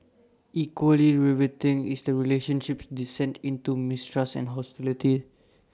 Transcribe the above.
equally riveting is the relationship's descent into mistrust and hostility